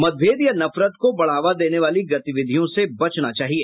मतभेद या नफरत को बढ़ावा देने वाली गतिविधियों से बचना चाहिए